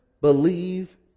believe